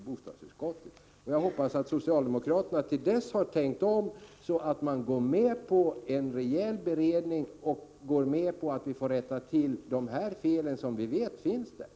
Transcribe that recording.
bostadsutskotten. Jag hoppas att socialdemokraterna då har tänkt om. Förhoppningsvis går man med på en rejäl beredning av ärendet och även på att vi får rätta till de fel som vi känner till.